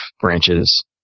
branches